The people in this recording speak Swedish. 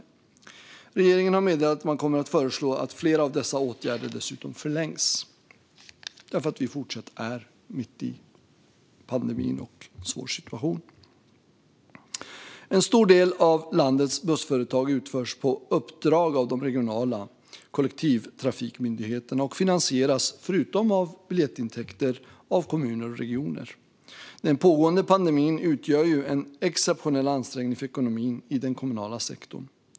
Regeringen har dessutom meddelat att den kommer att föreslå att flera av dessa åtgärder förlängs, eftersom vi fortfarande är mitt i pandemin och en svår situation. En stor del av landets busstrafik utförs på uppdrag av de regionala kollektivtrafikmyndigheterna och finansieras, förutom av biljettintäkter, av kommuner och regioner. Den pågående pandemin utgör en exceptionell ansträngning för ekonomin i den kommunala sektorn.